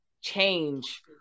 change